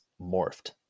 morphed